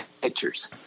pictures